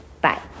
Bye